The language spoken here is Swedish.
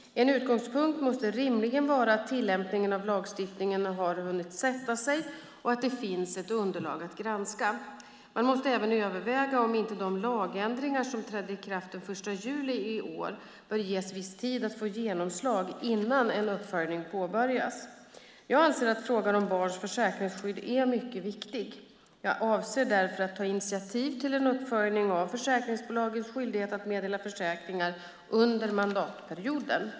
En utgångspunkt måste rimligen vara att tillämpningen av lagstiftningen har hunnit sätta sig och att det finns ett underlag att granska. Man måste även överväga om inte de lagändringar som trädde i kraft den 1 juli i år bör ges en viss tid att få genomslag innan en uppföljning påbörjas. Jag anser att frågan om barns försäkringsskydd är mycket viktig. Jag avser därför att ta initiativ till en uppföljning av försäkringsbolagens skyldighet att meddela försäkringar under mandatperioden.